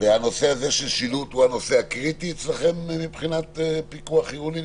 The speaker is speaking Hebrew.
והנושא הזה של שילוט הוא הנושא הקריטי אצלכם מבחינת פיקוח עירוני?